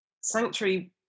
sanctuary